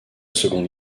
seconde